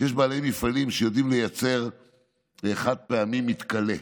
שיש בעלי מפעלים שיודעים לייצר חד-פעמי מתכלה,